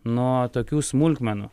nuo tokių smulkmenų